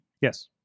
Yes